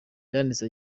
yanditse